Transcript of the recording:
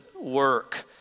work